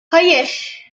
hayır